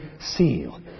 seal